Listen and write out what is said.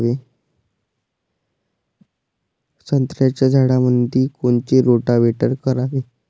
संत्र्याच्या झाडामंदी कोनचे रोटावेटर करावे?